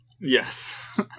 Yes